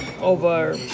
over